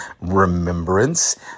remembrance